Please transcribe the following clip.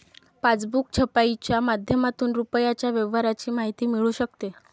passbook छपाईच्या माध्यमातून रुपयाच्या व्यवहाराची माहिती मिळू शकते